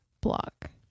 block